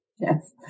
Yes